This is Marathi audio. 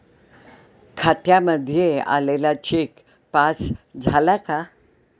खात्यामध्ये आलेला चेक पास झाला का?